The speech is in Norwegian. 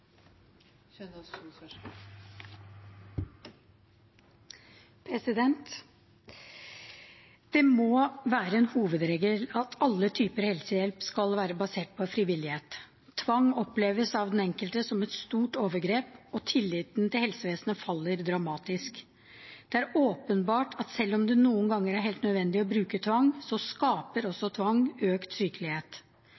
til. Det må være en hovedregel at alle typer helsehjelp skal være basert på frivillighet. Tvang oppleves av den enkelte som et stort overgrep, og tilliten til helsevesenet faller dramatisk. Det er åpenbart at selv om det noen ganger er helt nødvendig å bruke tvang, skaper